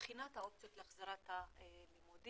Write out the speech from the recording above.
בבחינת האופציות להחזרת הלימודים.